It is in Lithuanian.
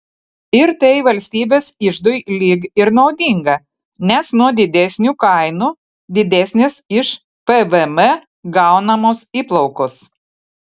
ir tai valstybės iždui lyg ir naudinga nes nuo didesnių kainų didesnės iš pvm gaunamos įplaukos